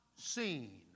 seen